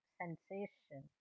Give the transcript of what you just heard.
sensation